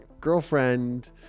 girlfriend